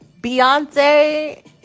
Beyonce